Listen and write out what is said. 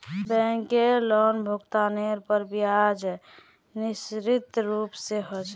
बैंकेर लोनभुगतानेर पर ब्याज निश्चित रूप से ह छे